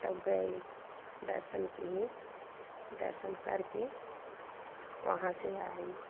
तब गए दर्शन किए दर्शन कर के वहाँ से आई